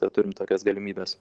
kad turim tokias galimybes